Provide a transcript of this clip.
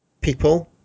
people